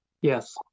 Yes